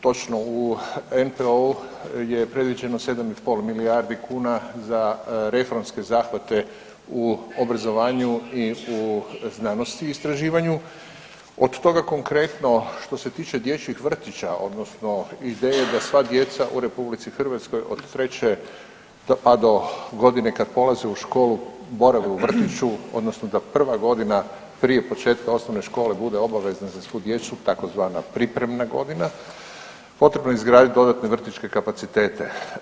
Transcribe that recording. Točno u NPOO-u je predviđeno 7,5 milijardi kuna za reformske zahvate u obrazovanju i u znanosti i istraživanju, od toga konkretno što se tiče dječjih vrtića odnosno ideje da sva djeca u RH od 3. pa do godine kada polaze u školu borave u vrtiću odnosno da prva godina prije početka osnovne škole bude obavezna za svu djecu tzv. pripremna godina, potrebno je izgraditi dodatne vrtićke kapacitete.